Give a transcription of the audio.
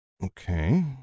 Okay